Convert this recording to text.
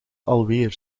alweer